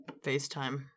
FaceTime